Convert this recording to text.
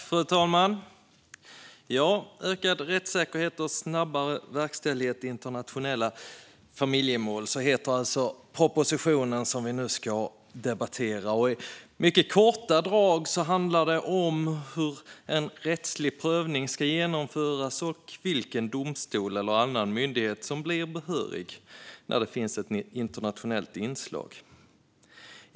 Fru talman! Ökad rättssäkerhet och snabbare verkställighet i interna tionella familjemål heter alltså propositionen som vi nu ska debattera. I mycket korta drag handlar den om hur en rättslig prövning ska genomföras och vilken domstol eller annan myndighet som blir behörig när det finns ett internationellt inslag.